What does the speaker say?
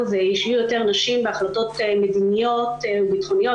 הוא שיהיו יותר נשים בהחלטות מדיניות וביטחוניות,